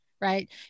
right